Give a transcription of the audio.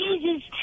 Jesus